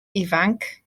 ifanc